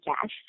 cash